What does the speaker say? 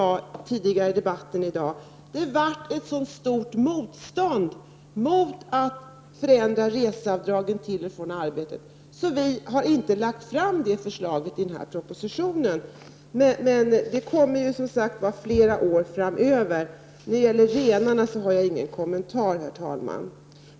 1989/90:140 sade tidigare i debatten, blev det ett sådant stort motstånd mot att reseavdra = 13 juni 1990 gen för resor till och från arbetet skulle förändras att det förslaget inte lades fram i den här propositionen. Men det kommer ju fler år framöver. När det gäller renarna har jag ingen kommentar, herr talman.